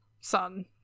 son